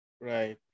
Right